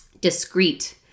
discrete